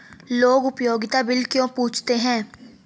लोग उपयोगिता बिल क्यों पूछते हैं?